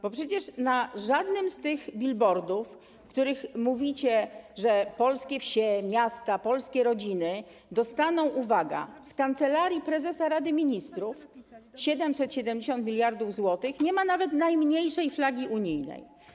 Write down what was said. Bo przecież na żadnym z tych billboardów, na których mówicie, że polskie wsie, miasta, polskie rodziny dostaną, uwaga, z Kancelarii Prezesa Rady Ministrów 770 mld zł, nie ma nawet najmniejszej flagi unijnej.